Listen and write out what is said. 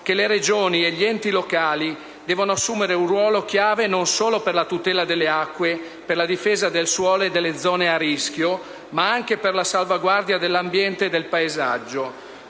che le Regioni e gli enti locali devono assumere un ruolo chiave non solo per la tutela delle acque, per la difesa del suolo e delle zone a rischio, ma anche per la salvaguardia dell'ambiente e del paesaggio.